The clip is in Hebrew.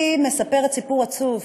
והיא מספרת סיפור עצוב,